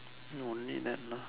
no need that lah